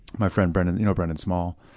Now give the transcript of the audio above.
my friend brendan you know brendan small?